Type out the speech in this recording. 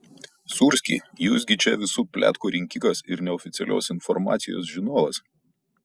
sūrski jūs gi čia visų pletkų rinkikas ir neoficialios informacijos žinovas